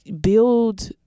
build